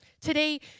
Today